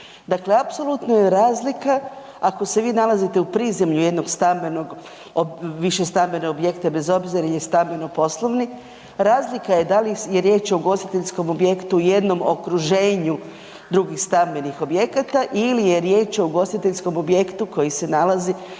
Dakle, apsolutno je razlika ako se vi nalazite u prizemlju jednog višestambenog objekta bez obzira jel je stambeno-poslovni, razlika je da li je riječ o ugostiteljskom objektu, jednom okruženju drugih stambenih objekata ili je riječ o ugostiteljskom objektu koji se nalazi